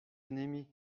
ennemis